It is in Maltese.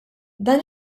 dan